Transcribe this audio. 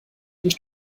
nicht